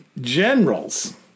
Generals